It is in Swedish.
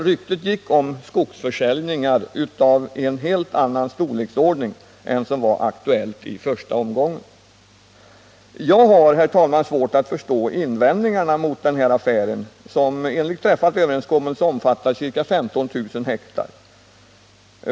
Rykten gick om skogsförsäljningar av en helt annan storleksordning än vad som var aktuellt i Nr 66 första omgången. Tisdagen den Jag har, herr talman, svårt att förstå invändningarna mot den här affären, 16 januari 1979 som enligt träffad överenskommelse omfattar ca 15 000 ha.